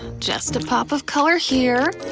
just a pop of color here,